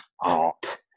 art